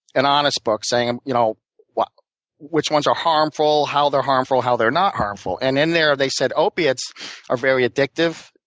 an honest book saying um you know which ones are harmful, how they're harmful, how they're not harmful. and in there they said opiates are very addictive.